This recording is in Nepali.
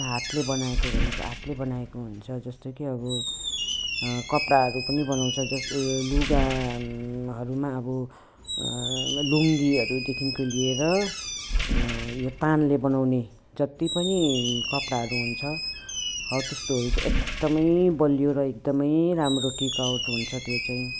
आफ्नो हातले बनाएको भनेको हातले बनाएको हुन्छ जस्तो कि अब कपडाहरू पनि बनाउँछ जस्तो लुगा हरूमा अब लुङ्गीहरूदेखिको लिएर यो तानले बनाउने जत्ति पनि कपडाहरू हुन्छ हो त्यस्तोहरू चाहिँ एकदमै बलियो र एकदमै राम्रो टिकाउ हुन्छ त्यो चाहिँ